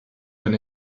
when